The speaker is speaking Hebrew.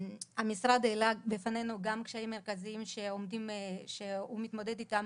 המשרד העלה בפנינו גם קשיים מרכזיים שהוא מתמודד איתם